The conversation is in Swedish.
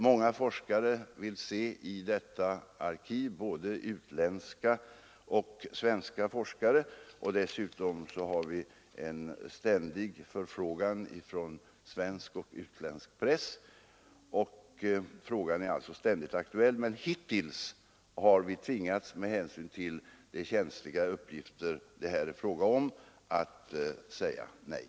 Många forskare vill se arkivet, både utländska och svenska, och dessutom har vi en ständig förfrågan från svensk och utländsk press. Frågan är alltså ständigt aktuell, men hittills har vi med hänsyn till de känsliga uppgifter det här är fråga om tvingats säga nej.